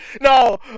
No